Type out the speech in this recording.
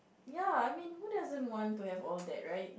ya I mean who doesn't want to have all that right